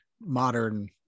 modern